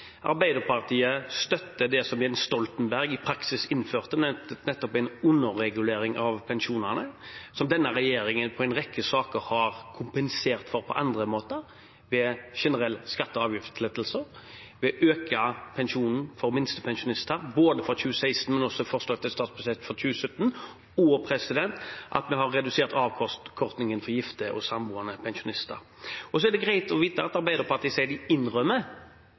praksis innførte, nettopp en underregulering av pensjonene, noe denne regjeringen i en rekke saker har kompensert for på andre måter – ved generelle skatte- og avgiftslettelser, ved å øke pensjonen for minstepensjonister både for 2016 og også i forslaget til statsbudsjettet for 2017, og ved å redusere avkortningen for gifte og samboende pensjonister. Det er greit å vite at Arbeiderpartiet sier de innrømmer,